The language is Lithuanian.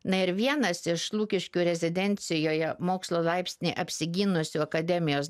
na ir vienas iš lukiškių rezidencijoje mokslo laipsnį apsigynusio akademijos